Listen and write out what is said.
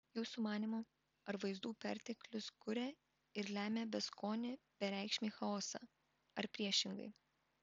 jūsų manymu ar vaizdų perteklius kuria ir lemia beskonį bereikšmį chaosą ar priešingai